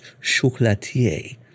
chocolatier